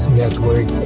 network